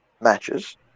matches